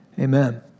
amen